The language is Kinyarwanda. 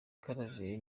claver